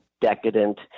decadent